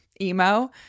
emo